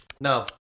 no